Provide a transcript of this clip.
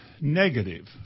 negative